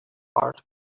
heart